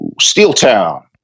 Steeltown